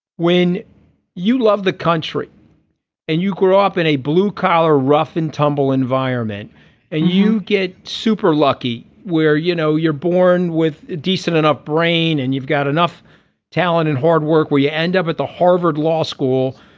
when you love the country and you grow up in a blue collar rough and tumble environment and you get super lucky where you know you're born with a decent enough brain and you've got enough talent and hard work where you end up at the harvard law school.